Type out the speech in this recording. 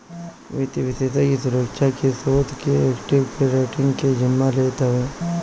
वित्तीय विषेशज्ञ सुरक्षा के, शोध के, एक्वीटी के, रेटींग के जिम्मा लेत हवे